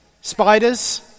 spiders